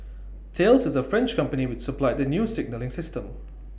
Thales is the French company which supplied the new signalling system